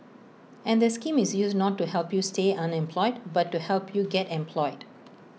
and the scheme is used not to help you stay unemployed but to help you get employed